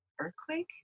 earthquake